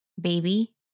baby